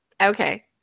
Okay